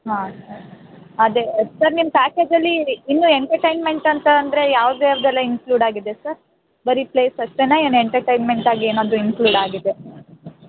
ಹಾಂ ಸರ್ ಅದೇ ಸರ್ ನಿಮ್ಮ ಪ್ಯಾಕೇಜಲ್ಲಿ ಇನ್ನೂ ಎಂಟಟೈನ್ಮೆಂಟ್ ಅಂತ ಅಂದರೆ ಯಾವ್ದು ಯಾವುದೆಲ್ಲ ಇನ್ಕ್ಲೂಡ್ ಆಗಿದೆ ಸರ್ ಬರೀ ಪ್ಲೇಸ್ ಅಷ್ಟೆನಾ ಏನು ಎಂಟಟೈನ್ಮೆಂಟ್ ಆಗಿ ಏನಾದ್ರೂ ಇನ್ಕ್ಲೂಡ್ ಆಗಿದೆ